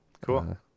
Cool